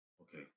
Okay